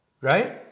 right